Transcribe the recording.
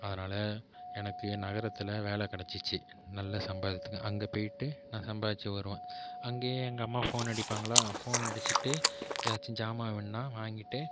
அதனால் எனக்கு நகரத்தில் வேலை கிடச்சிச்சி நல்ல சம்பாதிச்ச அங்கே போயிவிட்டு நான் சம்பாதிச்சு வருவேன் அங்கேயே எங்கள் அம்மா ஃபோன் அடிப்பாங்களா ஃபோன் அடிச்சிவிட்டு ஏதாச்சும் ஜாமான் வேணுன்னா வாங்கிகிட்டு